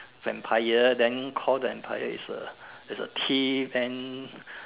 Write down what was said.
empire then called the empire is a is a thief and